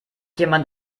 jemand